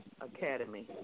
academy